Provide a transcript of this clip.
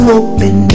open